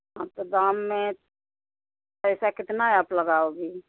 हाँ तो दाम में पैसा कितना आप लगाओगी